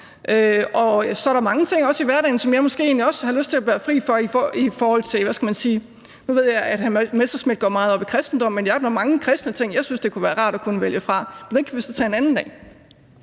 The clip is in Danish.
Så er der mange ting i hverdagen, som jeg måske egentlig også har lyst til at være fri for. Nu ved jeg, at hr. Morten Messerschmidt går meget op i kristendom, men jeg synes, at der er mange kristne ting, som jeg synes det kunne være rart at vælge fra; men det kan vi så tage en anden dag.